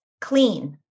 clean